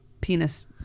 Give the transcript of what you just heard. penis